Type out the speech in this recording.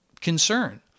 concern